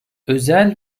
özel